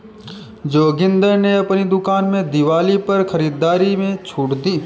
जोगिंदर ने अपनी दुकान में दिवाली पर खरीदारी में छूट दी